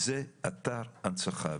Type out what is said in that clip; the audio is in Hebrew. זה אתר הנצחה,